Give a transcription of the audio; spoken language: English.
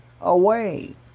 away